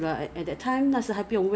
toner 我很快用完的 leh